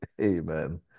Amen